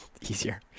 Easier